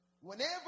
whenever